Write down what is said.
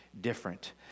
different